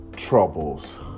Troubles